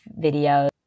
videos